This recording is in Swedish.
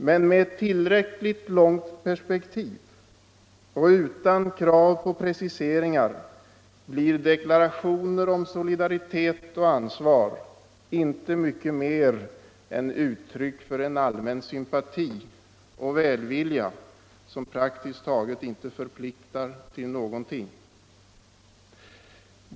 Men med ett tillräckligt långt perspektiv och utan krav på preciseringar blir deklarationer om solidaritet och ansvar inte mycket mer än uttryck för en allmän sympati och välvilja som praktiskt taget inte förpliktar till någonting.